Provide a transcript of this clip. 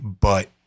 But-